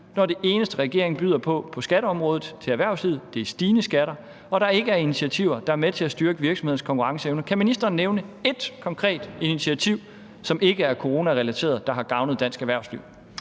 når det eneste, regeringen byder på på skatteområdet til erhvervslivet, er stigende skatter og der ikke er initiativer, der er med til at styrke virksomhedernes konkurrenceevne. Kan ministeren nævne ét konkret initiativ, som ikke er coronarelateret, der har gavnet dansk erhvervsliv?